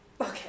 Okay